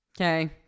Okay